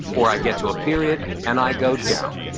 or i get to a period and i go down.